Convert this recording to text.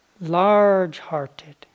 large-hearted